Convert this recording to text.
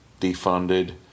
defunded